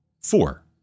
four